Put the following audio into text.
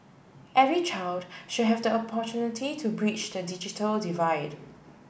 every child should have the opportunity to bridge the digital divide